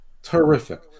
Terrific